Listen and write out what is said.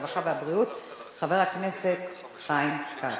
הרווחה והבריאות חבר הכנסת חיים כץ.